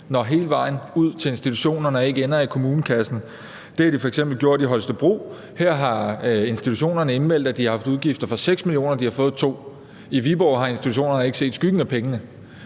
når hele vejen ud til institutionerne og ikke ender i kommunekassen. Det er de f.eks. i Holstebro Kommune. Her har institutionerne meldt ind, at de har haft udgifter for 6 mio. kr., og de har fået 2 mio. kr. I Viborg Kommune har institutionerne ikke set skyggen af pengene.